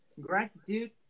gratitude